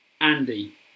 Andy